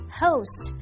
host